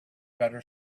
better